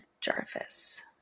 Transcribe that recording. Jarvis